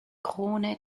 krone